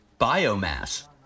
Biomass